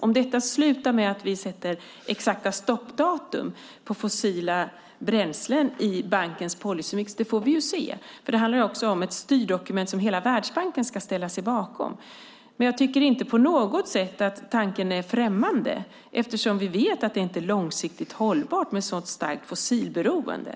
Om detta slutar med att vi sätter exakta stoppdatum på fossila bränslen i bankens policymix får vi se, för det handlar också om ett styrdokument som hela Världsbanken ska ställa sig bakom. Men jag tycker inte på något sätt att tanken är främmande eftersom vi vet att det inte är långsiktigt hållbart med ett så starkt fossilberoende.